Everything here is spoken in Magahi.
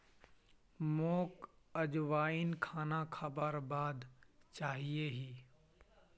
मोक अजवाइन खाना खाबार बाद चाहिए ही